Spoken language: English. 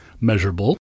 measurable